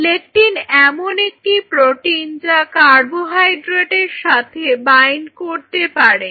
lectin এমন একটি protein যা কার্বোহাইড্রেটের সাথে বাইন্ড করতে পারে